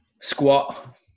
squat